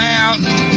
Mountain